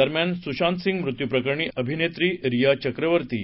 दरम्यान सुशांतसिंह मृत्यूप्रकरणी अभिनेत्री रिया चक्रवर्ती